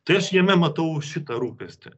tai aš jame matau šitą rūpestį